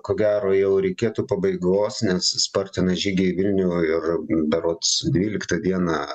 ko gero jau reikėtų pabaigos nes spartina žygį į vilnių ir berods dvyliktą dieną